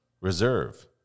reserve